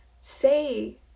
say